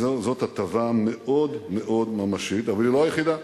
זאת הטבה מאוד מאוד ממשית, אבל היא לא היחידה,